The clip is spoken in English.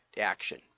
action